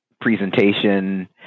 presentation